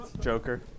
Joker